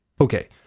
Okay